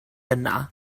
yna